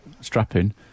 strapping